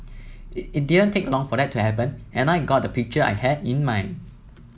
it didn't take long for that to happen and I got the picture I had in mind